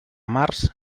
març